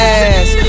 ass